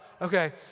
Okay